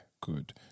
good